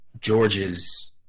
George's